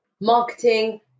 marketing